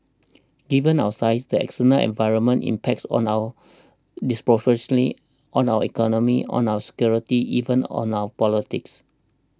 given our size the external environment impacts on our disproportionately on our economy on our security even on our politics